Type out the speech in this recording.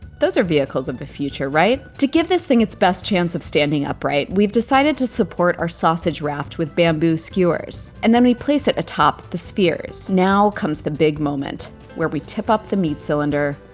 those are vehicles of the future, right? to give this thing its best chance of standing upright, we've decided to support our sausage wrapped with bamboo skewers, and then we place it atop the spheres. now comes the big moment where we tip up the meat cylinder,